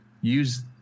use